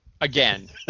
again